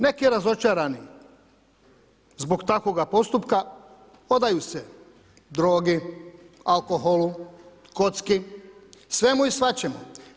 Neki razočarani zbog takvoga postupka, odaju se drogi, alkoholu, kocki, svemu i svačemu.